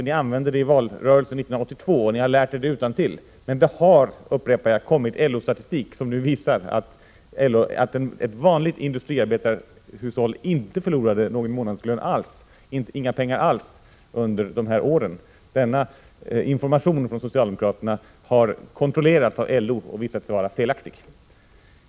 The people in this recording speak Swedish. Ni använde det i valrörelsen 1982 och har lärt er det utantill. Men det har — jag upprepar det — kommit LO-statistik som visar att ett vanligt industriarbetarhushåll inte förlorade några pengar alls under dessa år. Denna information från socialdemokraterna har kontrollerats av LO och visat sig vara felaktig.